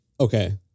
Okay